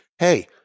Hey